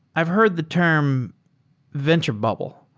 i've heard the term venture bubble,